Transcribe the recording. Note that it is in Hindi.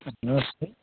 नमस्ते